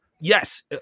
yes